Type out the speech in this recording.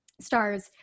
stars